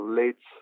late